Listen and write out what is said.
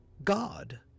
god